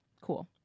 Cool